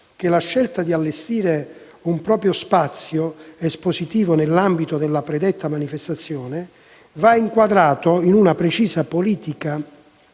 che la scelta di allestire un proprio spazio espositivo nell'ambito della predetta manifestazione va inquadrata in una precisa politica